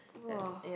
!wow!